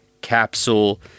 capsule